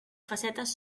facetes